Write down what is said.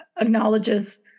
acknowledges